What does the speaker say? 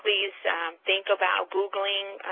please think about googling